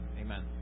Amen